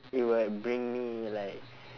it will bring me like